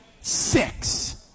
six